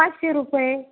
पाचशे रुपये